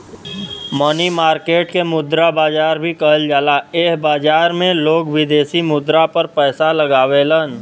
मनी market के मुद्रा बाजार भी कहल जाला एह बाजार में लोग विदेशी मुद्रा पर पैसा लगावेलन